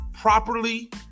properly